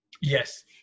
Yes